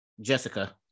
Jessica